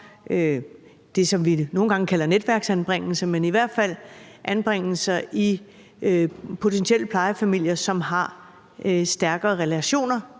det, som vi nogle gange kalder netværksanbringelse, men i hvert fald anbringelser i potentielle plejefamilier, som har stærkere relationer